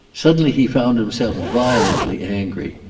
suddenly he found himself violently angry.